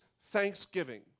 thanksgiving